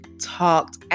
talked